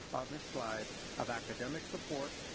on this slide of academic support,